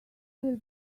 would